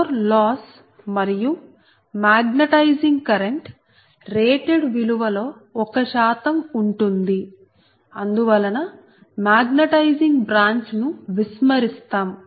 core loss మరియు magnetising current rated విలువ లో 1 శాతం ఉంటుంది అందువలన మాగ్నటైజింగ్ బ్రాంచ్ ను విస్మరిస్తాం